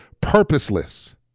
purposeless